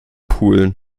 pulen